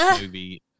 movie